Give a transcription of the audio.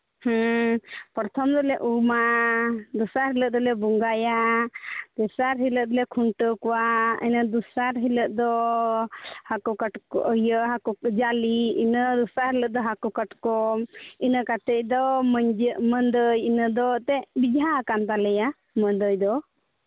ᱦᱮᱸ ᱯᱨᱚᱛᱷᱚᱢ ᱫᱚᱞᱮ ᱩᱢᱟ ᱫᱚᱥᱟᱨ ᱦᱤᱞᱳᱜ ᱫᱚᱞᱮ ᱵᱚᱸᱜᱟᱭᱟ ᱛᱮᱥᱟᱨ ᱦᱤᱞᱳᱜ ᱫᱚᱞᱮ ᱠᱷᱩᱱᱴᱟᱹᱣ ᱠᱚᱣᱟ ᱤᱱᱟᱹ ᱫᱚᱥᱟᱨ ᱦᱤᱞᱳᱜ ᱫᱚ ᱦᱟᱹᱠᱩ ᱠᱟᱴᱠᱚᱢ ᱤᱭᱟᱹ ᱡᱟᱞᱮ ᱤᱱᱟᱹ ᱫᱚᱥᱟᱨ ᱦᱤᱞᱳᱜ ᱫᱚ ᱦᱟᱹᱠᱩ ᱠᱟᱴᱠᱚᱢ ᱤᱱᱟᱹ ᱠᱟᱛᱮᱫ ᱫᱚ ᱢᱟᱹᱫᱟᱹᱭ ᱤᱱᱟᱹ ᱫᱚ ᱮᱱᱛᱮᱫ ᱵᱮᱡᱷᱟ ᱟᱠᱟᱱ ᱛᱟᱞᱮᱭᱟ ᱢᱟᱹᱫᱟᱹᱭ ᱫᱚ